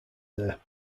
there